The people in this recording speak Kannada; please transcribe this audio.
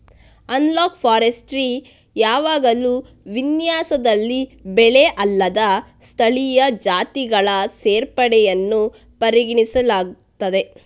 ಅನಲಾಗ್ ಫಾರೆಸ್ಟ್ರಿ ಯಾವಾಗಲೂ ವಿನ್ಯಾಸದಲ್ಲಿ ಬೆಳೆ ಅಲ್ಲದ ಸ್ಥಳೀಯ ಜಾತಿಗಳ ಸೇರ್ಪಡೆಯನ್ನು ಪರಿಗಣಿಸುತ್ತದೆ